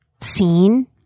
seen